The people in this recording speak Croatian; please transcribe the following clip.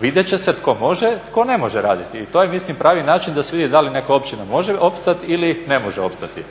vidjet će se tko može, tko ne može raditi i to je mislim pravi način da se vidi da li neka općina može opstati ili ne može opstati.